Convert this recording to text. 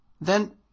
Then